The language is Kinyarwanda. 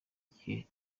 igihe